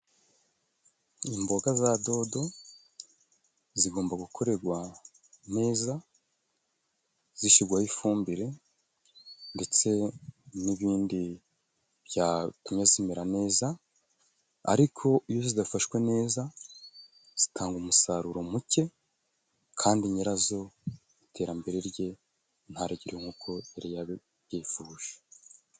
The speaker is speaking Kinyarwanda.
Imboga za dodo zigomba gukoregwa neza, zishyirwaho ifumbire ndetse n'ibindi byatumye zimera neza. Ariko iyo zidafashwe neza zitanga umusaruro muke, kandi nyirazo iterambere rye ntarigire nk'uko yari yabibyifuje.